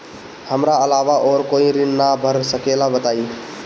हमरा अलावा और कोई ऋण ना भर सकेला बताई?